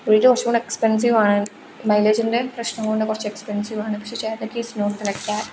bullet കുറച്ചുംകൂടെ എക്സ്പെൻസീവാണ് മൈലേജിൻ്റെ പ്രശ്നം കൊണ്ട് കുറച്ച് എക്സ്പെൻസീവാണ് പക്ഷേ Chetak is not like that